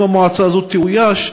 אם המועצה הזאת תאויש,